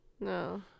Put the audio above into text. No